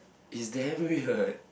he's damn weird